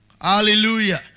Hallelujah